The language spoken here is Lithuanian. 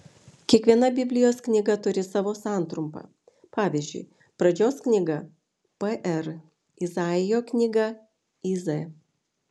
kiekviena biblijos knyga turi savo santrumpą pavyzdžiui pradžios knyga pr izaijo knyga iz